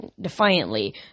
defiantly